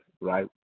right